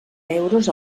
euros